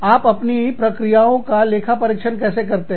आप अपनी प्रक्रियाओं का लेखा परीक्षण कैसे करते हैं